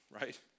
right